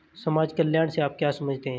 समाज कल्याण से आप क्या समझते हैं?